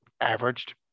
averaged